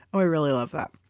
um i really love that.